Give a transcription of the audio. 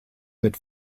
mit